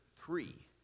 three